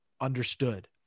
understood